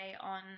on